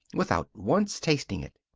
without once tasting it.